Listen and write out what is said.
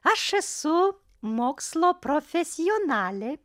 aš esu mokslo profesionalė